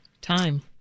time